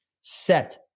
set